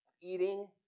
eating